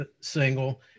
single